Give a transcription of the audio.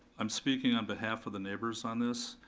i'm speaking on behalf of the neighbors on this.